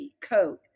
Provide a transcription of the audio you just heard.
Coke